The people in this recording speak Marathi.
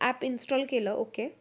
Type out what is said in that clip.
ॲप इन्स्टॉल केलं ओके